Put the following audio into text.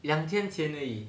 两天前而已